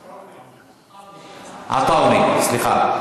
עטאונה, סליחה.